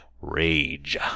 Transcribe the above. Rage